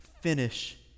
finish